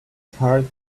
hard